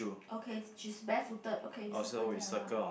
okay she's barefooted okay you circle that one